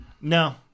no